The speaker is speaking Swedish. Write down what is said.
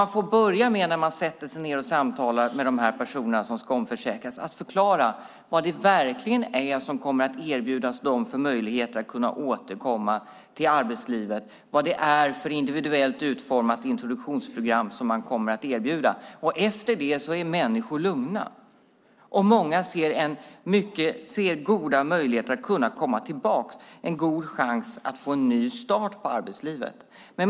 När man sätter sig ned och samtalar med dessa personer som ska omförsäkras får man börja med att förklara vilka möjligheter som verkligen kommer att erbjudas dem att återkomma till arbetslivet och vilket individuellt utformat introduktionsprogram som kommer att erbjudas. Efter det är människor lugna. Många ser goda möjligheter att komma tillbaka, en god chans att få en ny start på arbetslivet.